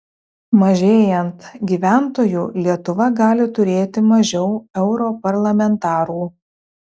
mažėjant gyventojų lietuva gali turėti mažiau europarlamentarų